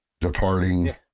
departing